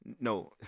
No